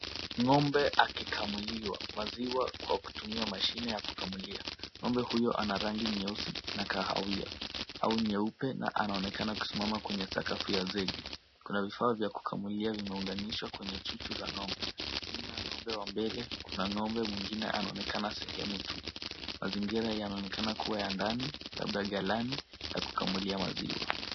Ng'ombe akikamuliwa maziwa kwa kutumia mashine ya kukamulia. Ng'ombe huyo ana rangi nyeusi na kahawia au nyeupe na anaonekana kusimama kwenye sakafu ya zege. Kuna vifaa vya kukamulia vimeunganishwa kwenye chuchu za ng'ombe. Nyuma ya ng'ombe wa mbele kuna ng'ombe mwingine anaonekana sehemu tu. Mazingira yanaonekana kuwa ya ndani labda ghalani ya kukamulia maziwa.